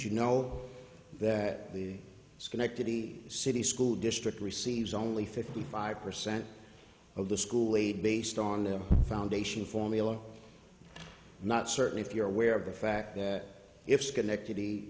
you know that the schenectady city school district receives only fifty five percent of the school aid based on their foundation formula not certain if you're aware of the fact that if schenectady